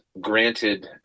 granted